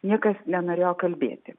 niekas nenorėjo kalbėti